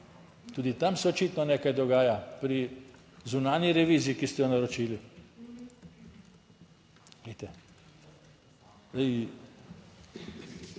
tudi tam se očitno nekaj dogaja pri zunanji reviziji, ki ste jo naročili.